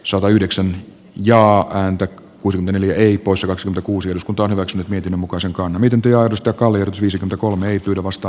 sova yhdeksän ja häntä kuusinen äly ei poissa kaksi l kuusi eduskunta on hyväksynyt miten muka sen koon miten kirjoitusta kaleidos viisi kolme icyluvasta